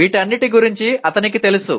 వీటన్నిటి గురించి అతనికి తెలుసు